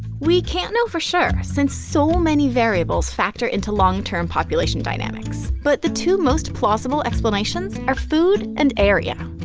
we can't know for sure, since so many variables factor into long-term population dynamics, but the two most plausible explanations are food and area.